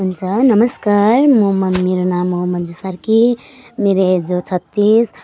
हुन्छ नमस्कार म मेरो नाम हो मन्जु सार्की मेरो एज हो छत्तिस